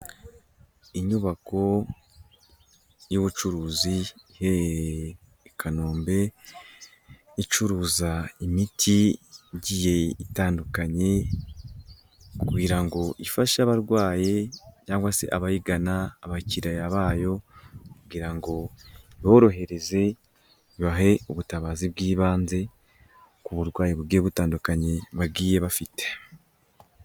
Inyubako y'ubucuruzi, iherereye i Kanombe, icuruza imiti igiye itandukanye, kugira ngo ifashe abarwayi, cyangwa se abayigana, abakiriya bayo, kugira ngo borohereze ibahe ubutabazi bw'ibanze, ku burwayi bugiye butandukanye bagiye bafite.